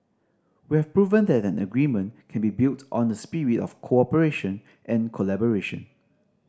we have proven that an agreement can be built on a spirit of cooperation and collaboration